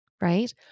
right